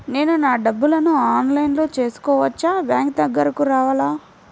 నేను నా డబ్బులను ఆన్లైన్లో చేసుకోవచ్చా? బ్యాంక్ దగ్గరకు రావాలా?